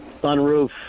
Sunroof